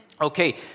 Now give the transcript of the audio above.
Okay